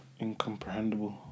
incomprehensible